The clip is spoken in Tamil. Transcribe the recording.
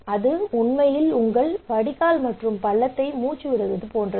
அது உண்மையில் உங்கள் வடிகால் மற்றும் பள்ளத்தை மூச்சு விடுவது போன்றது